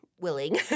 willing